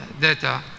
data